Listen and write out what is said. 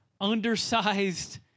undersized